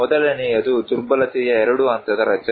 ಮೊದಲನೆಯದು ದುರ್ಬಲತೆಯ ಎರಡು ಹಂತದ ರಚನೆ